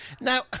Now